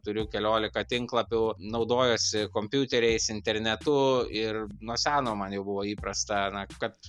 turiu keliolika tinklapių naudojuosi kompiuteriais internetu ir nuo seno man jau buvo įprasta na kad